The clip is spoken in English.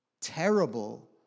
terrible